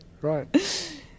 Right